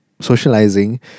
socializing